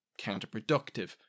counterproductive